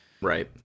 Right